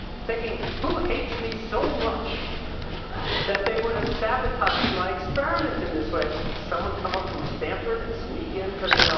thinking, who hates me so much that they would have sabotaged my experiment in this way? did someone come up from stanford and sneak in to the you know